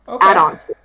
add-ons